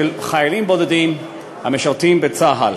של חיילים בודדים המשרתים בצה"ל.